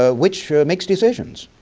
ah which makes decisions.